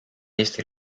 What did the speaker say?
eesti